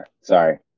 Sorry